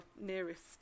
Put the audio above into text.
nearest